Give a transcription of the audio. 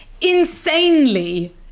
insanely